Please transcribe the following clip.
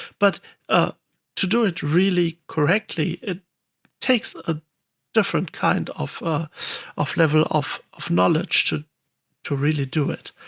but ah to do it really correctly, it takes a different kind of of level of of knowledge to to really do it.